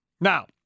Now